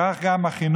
וכך גם החינוך